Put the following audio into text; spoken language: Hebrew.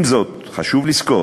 עם זאת, חשוב לזכור